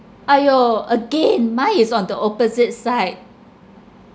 !aiyo! again mine is on the opposite side